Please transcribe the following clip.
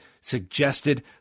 suggested